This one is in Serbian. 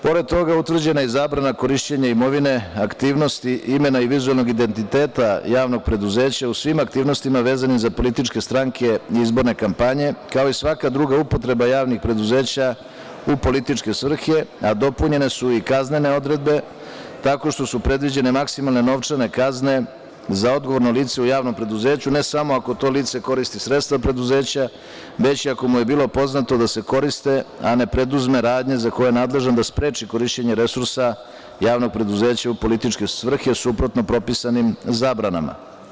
Pored toga, utvrđena je i zabrana korišćenja imovine, aktivnosti, imena i vizuelnog identiteta javnog preduzeća u svim aktivnostima vezanim za političke stranke i izborne kampanje, kao i svaka druga upotreba javnih preduzeća u političke svrhe, a dopunjene su i kaznene odredbe tako što su predviđene maksimalne novčane kazne za odgovorno lice u javnom preduzeću ne samo ako to lice koristi sredstva preduzeća, već i ako mu je bilo poznato da se koriste, a ne preduzme radnje za koje je nadležan da spreči korišćenje resursa javnog preduzeća u političke svrhe suprotno propisanim zabranama.